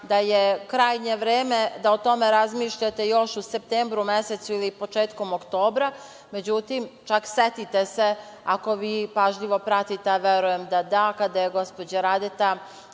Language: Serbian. da je krajnje vreme da o tome razmišljate još u septembru mesecu, ili početkom oktobra, međutim, čak setite se, ako vi pažljivo pratite, a verujem da da, kada je gospođa Radeta